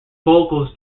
vocals